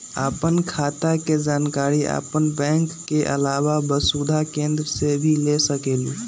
आपन खाता के जानकारी आपन बैंक के आलावा वसुधा केन्द्र से भी ले सकेलु?